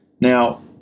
Now